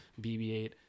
BB-8